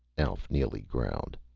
alf neely growled.